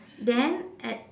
then at